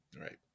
Right